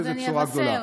אז אני אבשר.